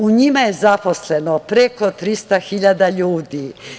U njima je zaposleno preko 300 hiljada ljudi.